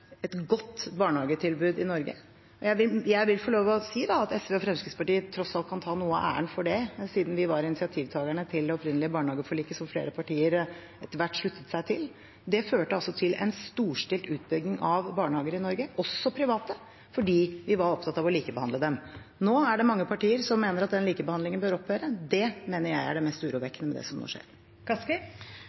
et godt barnehagetilbud i Norge, og jeg vil få lov til å si at SV og Fremskrittspartiet tross alt kan ta noe av æren for det, siden vi var initiativtakerne til det opprinnelige barnehageforliket, som flere partier etter hvert sluttet seg til. Det førte til en storstilt utbygging av barnehager i Norge, også private, fordi vi var opptatt av å likebehandle dem. Nå er det mange partier som mener at den likebehandlingen bør opphøre. Det mener jeg er det mest urovekkende med det som nå skjer. Kari Elisabeth Kaski